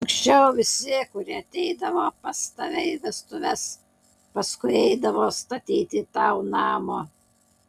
anksčiau visi kurie ateidavo pas tave į vestuves paskui eidavo statyti tau namo